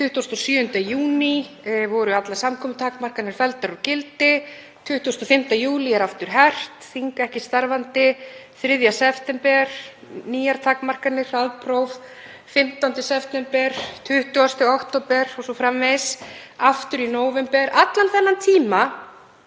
26. júní eru allar samgöngutakmarkanir felldar úr gildi, 25. júlí er aftur hert, þing ekki starfandi 3. september eru nýjar takmarkanir, hraðpróf, 15. september, 20. október o.s.frv., aftur í nóvember. Allan þennan tíma